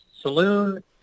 Saloon